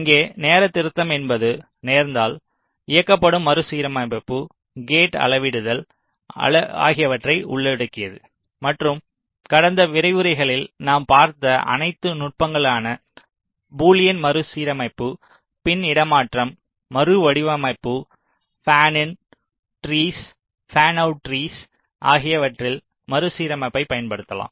இங்கே நேர திருத்தம் என்பது நேரத்தால் இயக்கப்படும் மறுசீரமைப்பு கேட் அளவிடுதல் அளவிடுதல் ஆகியவற்றை உள்ளடக்கியது மற்றும் கடந்த விரிவுரைகளில் நாம் பார்த்த அனைத்து நுட்பங்களான பூலியன் மறுசீரமைப்பு பின் இடமாற்றம் மறுவடிவமைப்பு fan in trees fan out trees ஆகியவற்றில் மறுசீரமைப்பை பயன்படுத்தலாம்